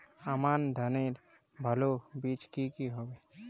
আমান ধানের ভালো বীজ কি কি হবে?